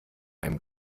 einem